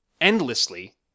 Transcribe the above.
endlessly